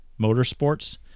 Motorsports